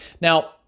Now